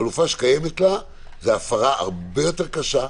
החלופה שקיימת לה היא הפרה הרבה יותר קשה,